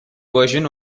version